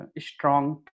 strong